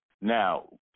Now